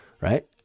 Right